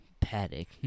Paddock